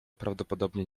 prawdopodobnie